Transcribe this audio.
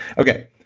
okay,